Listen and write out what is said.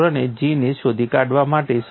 ને શોધી કાઢવા માટે સમર્થ હતા